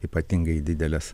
ypatingai dideles